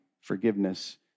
forgiveness